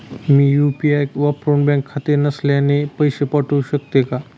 मी UPI वापरुन bank खाते नसलेल्यांना पैसे पाठवू शकते का?